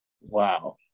Wow